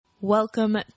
Welcome